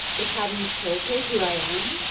but have you told her who i am?